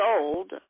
sold